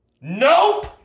Nope